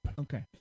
Okay